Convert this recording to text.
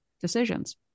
decisions